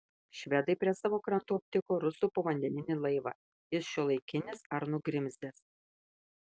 švedai prie savo krantų aptiko rusų povandeninį laivą jis šiuolaikinis ar nugrimzdęs